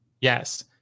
Yes